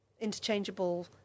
interchangeable